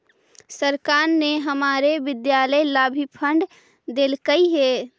सरकार ने हमारे विद्यालय ला भी फण्ड देलकइ हे